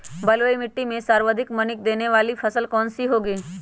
बलुई मिट्टी में सर्वाधिक मनी देने वाली फसल कौन सी होंगी?